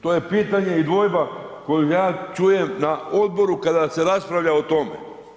To je pitanje i dvojba koju ja čujem na odboru kada se raspravlja o tome.